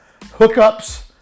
hookups